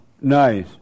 nice